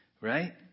right